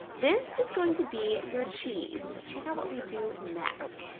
this is going to be your cheese. but check out what we do next.